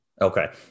Okay